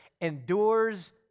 endures